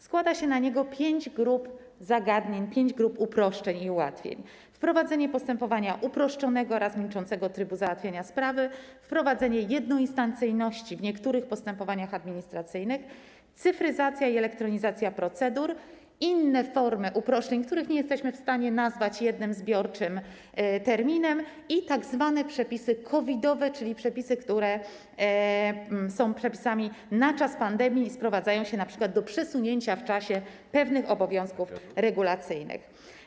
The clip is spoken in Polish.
Składa się na niego pięć grup zagadnień, pięć grup uproszczeń i ułatwień: wprowadzenie postępowania uproszczonego oraz milczącego trybu załatwiania sprawy, wprowadzenie jednoinstancyjności w niektórych postępowaniach administracyjnych, cyfryzacja i elektronizacja procedur, inne formy uproszczeń, których nie jesteśmy w stanie nazwać jednym zbiorczym terminem, i tzw. przepisy COVID-owe, czyli przepisy na czas pandemii, które sprowadzają się np. do przesunięcia w czasie pewnych obowiązków regulacyjnych.